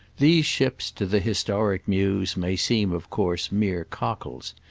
these ships, to the historic muse, may seem of course mere cockles,